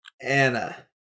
Anna